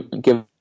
give